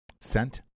Scent